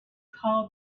called